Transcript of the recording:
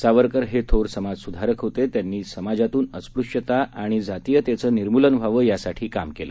सावरकर हे थोर समाजसुधारक होते त्यांनी समाजातून अस्पृष्यता आणइ जातीयतेचं निर्मूलन व्हावं यासाठी काम केलं